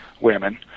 women